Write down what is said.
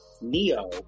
Neo